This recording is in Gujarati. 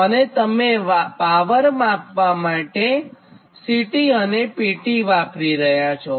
અને તમે પાવર માપવા માટે અને CT અને PT વાપરી રહ્યા છો